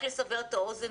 רק לסבר את האוזן,